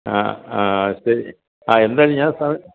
ആ ആ ശരി ആ എന്തായാലും ഞാൻ സ